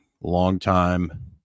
longtime